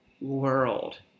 world